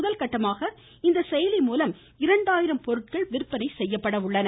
முதற்கட்டமாக இந்த செயலி மூலம் இரண்டாயிரம் பொருட்கள் விற்பனை செய்யப்பட உள்ளன